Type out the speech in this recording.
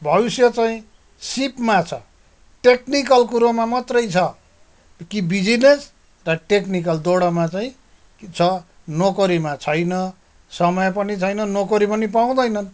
भविष्य चाहिँ सिपमा छ टेक्निकल कुरोमा मात्रै छ कि बिजिनेस र टेक्निकल दुइटामा चाहिँ कि छ नोकरीमा छैन समय पनि छैन नोकरी पनि पाउँदैनन्